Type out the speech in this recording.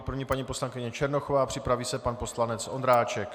První paní poslankyně Černochová, připraví se pan poslanec Ondráček.